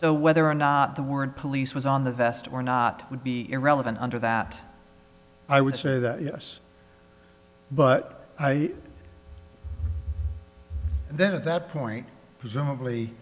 so whether or not the word police was on the vest or not would be irrelevant under that i would say that yes but i then at that point